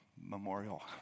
memorial